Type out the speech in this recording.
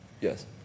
Yes